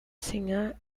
singer